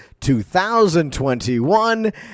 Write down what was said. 2021